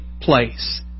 place